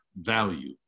value